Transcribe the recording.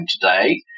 today